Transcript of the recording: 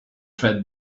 fed